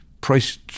price